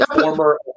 former